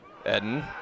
Eden